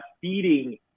feeding